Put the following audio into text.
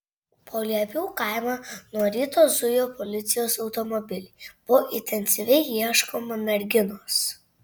po liepių kaimą nuo ryto zujo policijos automobiliai buvo intensyviai ieškoma merginos